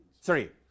Sorry